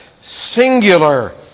singular